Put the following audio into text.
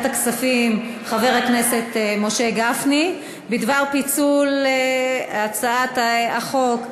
הכספים חבר הכנסת משה גפני בדבר פיצול הצעת חוק,